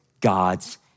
God's